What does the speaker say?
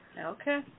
Okay